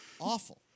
awful